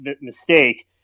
mistake